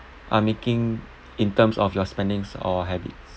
are making in terms of your spendings or habits